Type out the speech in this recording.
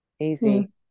easy